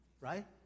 Right